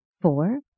Four